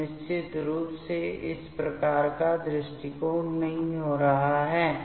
तो निश्चित रूप से इस प्रकार का दृष्टिकोण नहीं हो रहा है